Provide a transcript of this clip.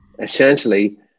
essentially